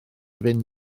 fynd